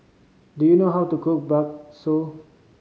do you know how to cook bakso